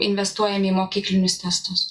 investuojami į mokyklinius testus